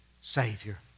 Savior